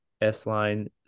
S-line